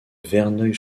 verneuil